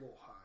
high